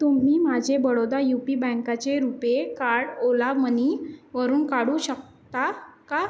तुम्ही माझे Baroda U P बँकेचे रुपे कार्ड ओला मनीवरून काढू शकता का